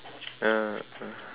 uh uh